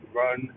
run